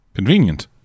Convenient